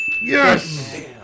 Yes